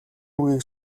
үгийг